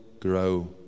grow